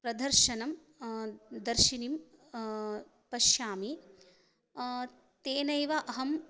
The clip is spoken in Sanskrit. प्रदर्शनं दर्शिनीं पश्यामि तेनैव अहं